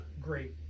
great